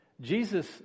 Jesus